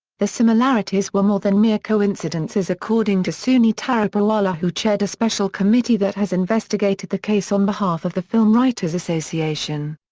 the similarities were more than mere coincidences according to sooni taraporewala who chaired a special committee that has investigated the case on behalf of the film writers' association.